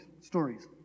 stories